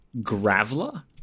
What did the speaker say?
Graveler